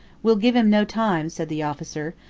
we'll give him no time, said the officer.